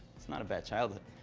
it's not a bad childhood.